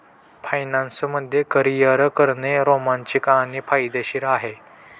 finance मध्ये career करणे रोमांचित आणि फायदेशीर आहे